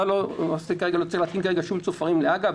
אתה לא צריך להתקין שום צופרים להג"א.